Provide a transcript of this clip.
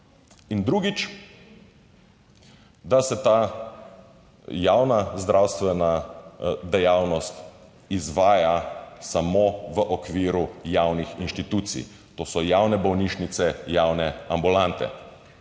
drugič, da se ta javna zdravstvena dejavnost izvaja samo v okviru javnih inštitucij: to so javne bolnišnice, javne ambulante.